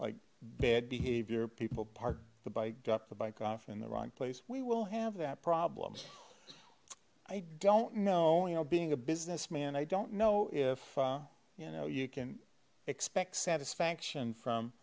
like bad behavior people park the bike drop the bike off in the wrong place we will have that problem i don't know you know being a business man i don't know if you know you can expect satisfaction from